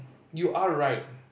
you are right